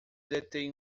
detém